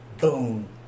boom